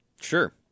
Sure